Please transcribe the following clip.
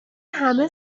همه